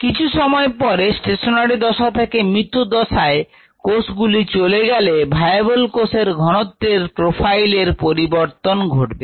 কিছু সময় পরে স্টেশনারি দশা থেকে মৃত্যু দশায় কোষগুলি চলে গেলে ভায়াবল কোষের ঘনত্বের প্রোফাইলের পরিবর্তন ঘটবে